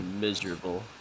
miserable